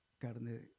carne